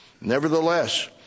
Nevertheless